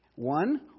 One